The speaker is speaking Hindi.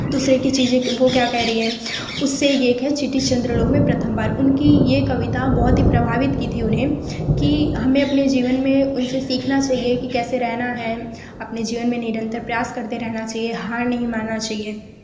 दूसरे की चीज़ें तुमको क्या कह रही है उससे ये कहें चींटी चन्द्र लोक में प्रथम बार उनकी ये कविता बहुत ही प्रभावित की थी उन्हें कि हमें अपने जीवन में उनसे सीखना चाहिए कि कैसे रहना है अपने जीवन में निरंतर प्रायस करते रहना चाहिए हार नहीं मानना चाहिए